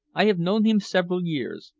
i have known him several years.